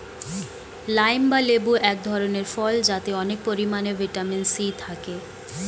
lime বা লেবু এক ধরনের ফল যাতে অনেক পরিমাণে ভিটামিন সি থাকে